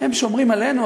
הם שומרים עלינו.